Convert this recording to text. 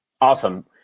Awesome